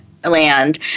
Land